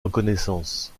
reconnaissance